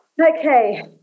Okay